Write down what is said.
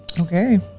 Okay